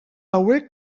hauek